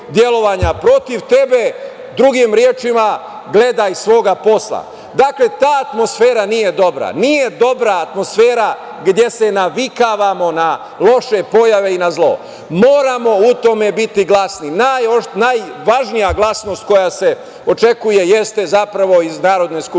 protiv tebe. Drugim rečima, gledaj svoga posla. Dakle, ta atmosfera nije dobra. Nije dobra atmosfera gde se navikavamo na loše pojave i na zlo. Moramo u tome biti glasni. Najvažnija glasnost koja se očekuje jeste zapravo iz Narodne skupštine.